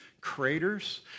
craters